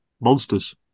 Monsters